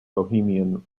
bohemian